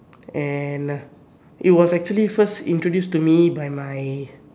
and it was actually first introduced to me by my